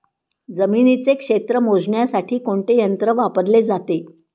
जमिनीचे क्षेत्र मोजण्यासाठी कोणते यंत्र वापरले जाते?